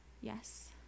Yes